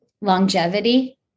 longevity